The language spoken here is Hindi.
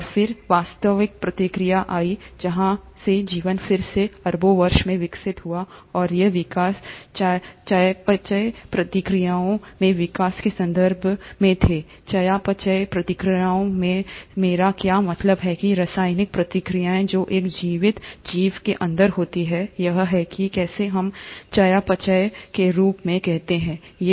और फिर वास्तविक प्रक्रिया आई जहां से जीवन फिर से अरबों वर्षों में विकसित हुआ और ये विकास चयापचय प्रतिक्रियाओं में विकास के संदर्भ में थे चयापचय प्रतिक्रियाओं से मेरा क्या मतलब है रासायनिक प्रतिक्रियाएं जो एक जीवित जीव के अंदर होती हैं यह है कि कैसे हम चयापचय के रूप में कहते हैं